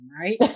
right